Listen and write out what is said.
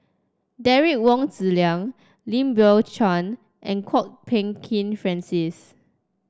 Derek Wong Zi Liang Lim Biow Chuan and Kwok Peng Kin Francis